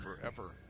forever